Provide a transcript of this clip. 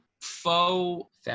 faux